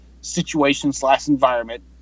situation-slash-environment